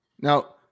Now